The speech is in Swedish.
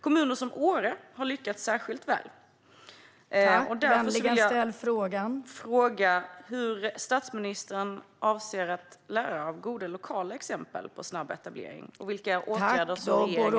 Kommuner som Åre har lyckats särskilt väl. Hur avser statsministern att lära av goda lokala exempel på snabb etablering? Vilka åtgärder vill regeringen vidta?